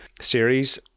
series